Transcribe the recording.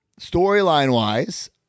storyline-wise